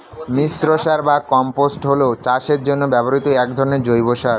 মিশ্র সার বা কম্পোস্ট হল চাষের জন্য ব্যবহৃত এক ধরনের জৈব সার